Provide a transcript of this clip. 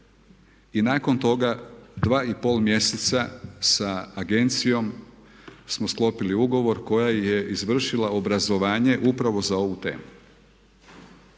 i nakon toga dva i pol mjeseca sa agencijom smo sklopili ugovor koja je izvršila obrazovanje upravo za ovu temu.